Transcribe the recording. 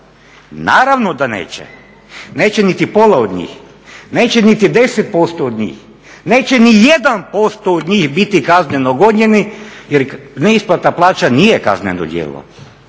Naravno da neće. Neće niti pola od njih, neće niti 10% od njih, neće ni 1% od njih biti kazneno gonjeni jer neisplata plaća nije kazneno djelo.